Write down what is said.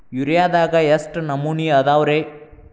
ಯೂರಿಯಾದಾಗ ಎಷ್ಟ ನಮೂನಿ ಅದಾವ್ರೇ?